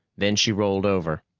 then she rolled over.